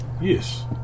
Yes